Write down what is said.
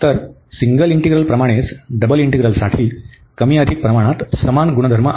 तर single integral प्रमाणेच double इंटीग्रलसाठी कमी अधिक समान गुणधर्म आहेत